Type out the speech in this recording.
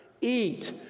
eat